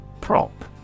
Prop